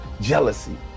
jealousy